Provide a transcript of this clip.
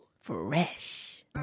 Fresh